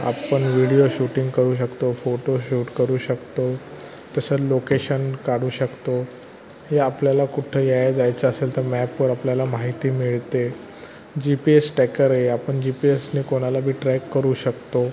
आपण video shooting करू शकतो फोटोशूट करू शकतो तसं लोकेशन काढू शकतो हे आपल्याला कुठं यायचं जायचं असेल तर मॅपवर आपल्याला माहिती मिळते जी पी एस टॅकरही आहे आपण जी पी एसने कोणालाही ट्रॅक करू शकतो